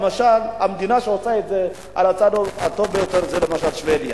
המדינה שעושה את זה על הצד הטוב ביותר היא שבדיה.